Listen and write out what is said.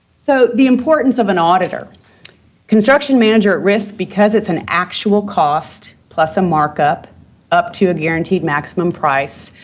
so, the importance of an auditor construction manager at risk, because it's an actual cost plus a markup up to a guaranteed maximum price,